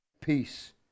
peace